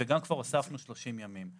וכבר הוספנו 30 ימים.